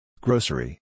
Grocery